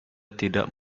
tidak